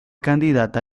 candidata